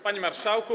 Panie Marszałku!